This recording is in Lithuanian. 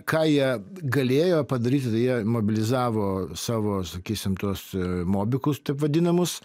ką jie galėjo padaryt jie mobilizavo savo sakysim tuos mobikus taip vadinamus